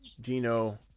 Gino